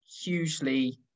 hugely